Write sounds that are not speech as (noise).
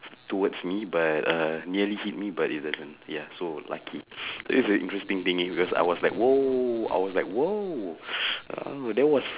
towards me but uh nearly hit me but it doesn't ya so lucky (breath) so this is a interesting thingy cause I was like !whoa! I was like !whoa! (breath) uh that was fun